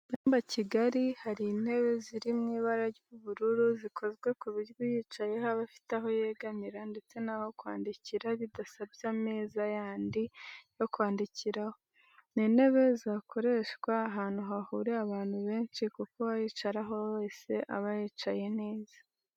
Mu cyumba kigari hari intebe ziri mu ibara ry'ubururu zikozwe ku buryo uyicayeho aba afite aho yegamira ndetse n'aho kwandikira bidasabye ameza yandi yo kwandikiraho. Ni intebe zakoreshwa ahantu hahuriye abantu benshi kuko uwayicaraho wese yaba yicaye neza